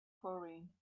chlorine